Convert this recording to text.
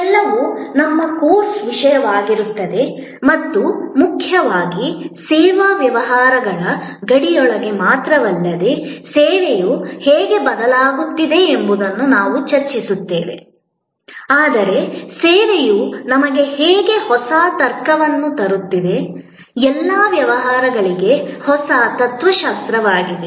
ಇವೆಲ್ಲವೂ ನಮ್ಮ ಕೋರ್ಸ್ ವಿಷಯವಾಗಿರುತ್ತದೆ ಮತ್ತು ಮುಖ್ಯವಾಗಿ ಸೇವಾ ವ್ಯವಹಾರಗಳ ಗಡಿಯೊಳಗೆ ಮಾತ್ರವಲ್ಲದೆ ಸೇವೆಯು ಹೇಗೆ ಬದಲಾಗುತ್ತಿದೆ ಎಂಬುದನ್ನು ನಾವು ಚರ್ಚಿಸುತ್ತೇವೆ ಆದರೆ ಸೇವೆಯು ನಮಗೆ ಹೇಗೆ ಹೊಸ ತರ್ಕವನ್ನು ತರುತ್ತಿದೆ ಎಲ್ಲಾ ವ್ಯವಹಾರಗಳಿಗೆ ಹೊಸ ತತ್ವಶಾಸ್ತ್ರವಾಗಿದೆ